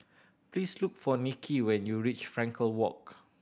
please look for Nikki when you reach Frankel Walk